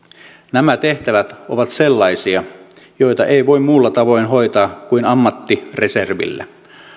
nämä tehtävät ovat sellaisia joita ei voi muulla tavoin hoitaa kuin ammattireservillä